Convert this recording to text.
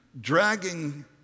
dragging